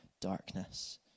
darkness